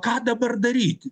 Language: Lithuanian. ką dabar daryti